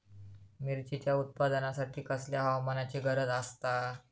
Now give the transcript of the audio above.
मिरचीच्या उत्पादनासाठी कसल्या हवामानाची गरज आसता?